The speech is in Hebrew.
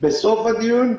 ובסוף הדיון,